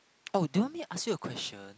oh do you want me to ask you a question